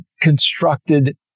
constructed